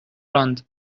راند